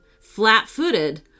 flat-footed